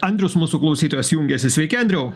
andrius mūsų klausytojas jungiasi sveiki andriau